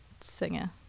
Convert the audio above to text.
singer